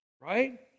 right